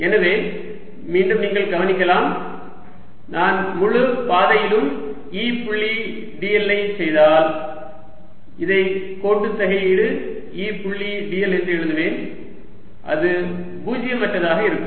எனவே மீண்டும் நீங்கள் கவனிக்கலாம் நான் முழு பாதையிலும் E புள்ளி dl ஐ செய்தால் இதை கோட்டுத்தொகையீடு E புள்ளி dl என்று எழுதுவேன் அது பூஜ்ஜியமற்றதாக இருக்கும்